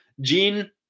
gene